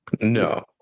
No